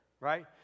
right